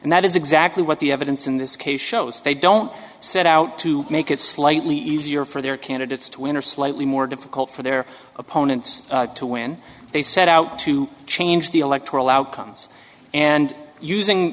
and that is exactly what the evidence in this case shows they don't set out to make it slightly easier for their candidates to win or slightly more difficult for their opponents to win they set out to change the electoral outcomes and using